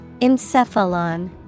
Encephalon